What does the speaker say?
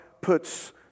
puts